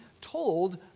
told